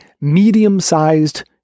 medium-sized